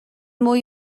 mwy